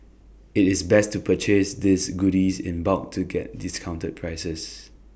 IT is best to purchase these goodies in bulk to get discounted prices